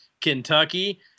Kentucky